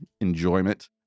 enjoyment